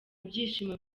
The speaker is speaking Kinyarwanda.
ibyishimo